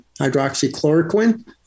hydroxychloroquine